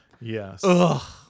Yes